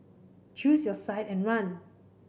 choose your side and run